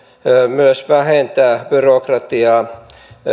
myös vähentää byrokratiaa